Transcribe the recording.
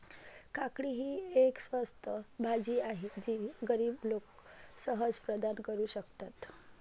काकडी ही एक स्वस्त भाजी आहे जी गरीब लोक सहज प्रदान करू शकतात